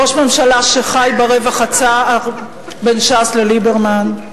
ראש ממשלה שחי ברווח הצר בין ש"ס לליברמן.